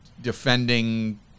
defending